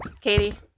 Katie